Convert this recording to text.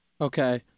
Okay